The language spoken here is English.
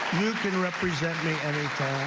can represent me anytime.